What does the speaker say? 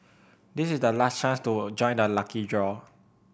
this is the last chance to join the lucky draw